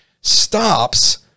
stops